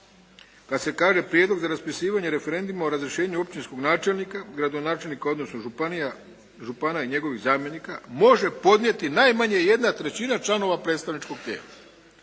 Kad se kaže prijedlog za raspisivanje referenduma o razrješenju općinskog načelnika, gradonačelnika, odnosno župana i njegovih zamjenika može podnijeti najmanje 1/3 članova predstavničkog tijela.